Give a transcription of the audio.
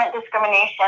discrimination